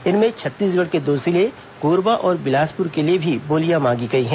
इनमें छत्तीसगढ़ के दो जिले कोरबा और बिलासपुर के लिए भी बोलियां मांगी गई हैं